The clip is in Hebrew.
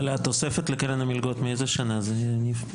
התוספת לקרן המלגות, מאיזו שנה זה, יניב?